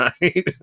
right